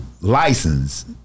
license